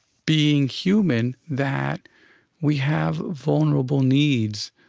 being human, that we have vulnerable needs,